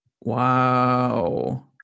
Wow